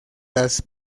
las